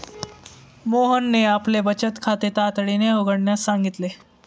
मोहनने आपले बचत खाते तातडीने उघडण्यास सांगितले